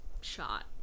shot